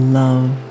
love